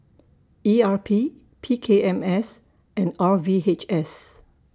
E R P P K M S and R V H S